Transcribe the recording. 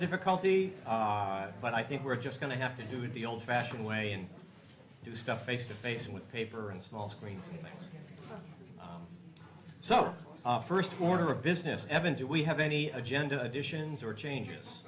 difficulty but i think we're just going to have to do it the old fashioned way and do stuff face to face with paper and small screens so first order of business evan do we have any agenda additions or changes